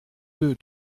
deux